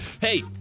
Hey